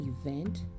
event